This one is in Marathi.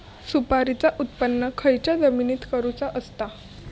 सुपारीचा उत्त्पन खयच्या जमिनीत करूचा असता?